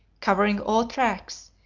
covering all tracks,